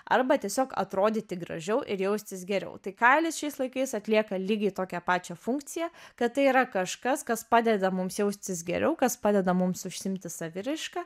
arba tiesiog atrodyti gražiau ir jaustis geriau tai kailis šiais laikais atlieka lygiai tokią pačią funkciją kad tai yra kažkas kas padeda mums jaustis geriau kas padeda mums užsiimti saviraiška